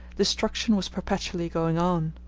destruction was perpetually going on.